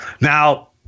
Now